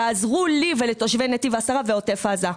תעזרו לי ולתושבי נתיב העשרה ועוטף עזה.